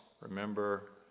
Remember